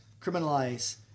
criminalize